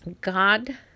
God